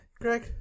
Greg